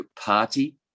party